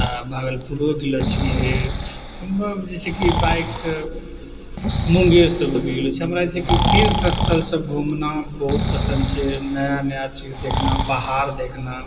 आ भागलपुरो गेलो छियै हमे जे छै कि बाइक से मुंगेर सब भी गेलो छियै हमरा छै कि तीर्थ स्थल सब घूमना बहुत पसन्द छै नया नया चीज देखना पहाड़ देखना